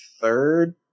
third